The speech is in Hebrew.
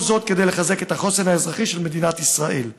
כל זאת כדי לחזק את החוסן האזרחי של מדינת ישראל.